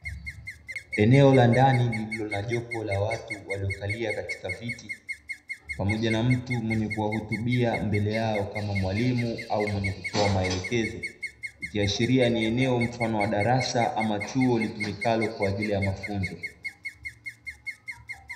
Eneo la ndani lililo na jopo la watu waliokalia katika viti pamoja na mtu mwenye kuwahutubia mbele yao kama mwalimu au mwenye kutoa maelekezo, ikiashiria ni eneo mfano wa darasa ama chuo litumikalo kwa ajili ya mafunzo.